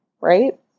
Right